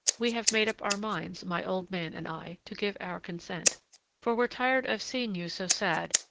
we have made up our minds, my old man and i, to give our consent for we're tired of seeing you so sad,